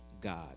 God